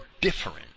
different